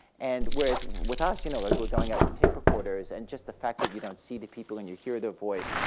and whereas with us, you know like we're going out with tape recorders. and just the fact that you don't see the people and you hear their voice,